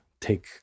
take